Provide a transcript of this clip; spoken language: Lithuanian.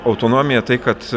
autonomiją tai kad